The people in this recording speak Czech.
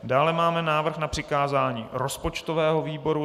Dále máme návrh na přikázání rozpočtovému výboru.